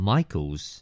Michael's